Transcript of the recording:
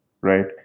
right